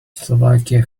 slovakia